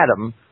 Adam